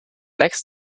next